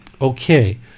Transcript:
Okay